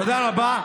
תודה רבה.